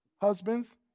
Husbands